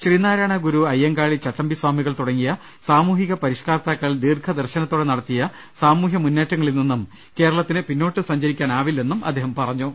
ശ്രീനാരായണഗുരു അയ്യങ്കാളി ചട്ടമ്പി സ്ഥാമികൾ ്യതുടങ്ങിയ സാമൂഹ്യ പരിഷ്കർത്താക്കൾ ദീർഘ ദർശനത്തോടെ നടത്തിയ സാമൂഹ്യ മുന്നേറ്റങ്ങളിൽ നിന്നും കേരളത്തിന് പിന്നോട്ട് സഞ്ചരിക്കുവാൻ ആവില്ല എന്നും അദ്ദേഹം പറഞ്ഞു